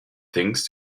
things